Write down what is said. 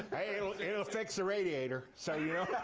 it'll fix the radiator, so you know.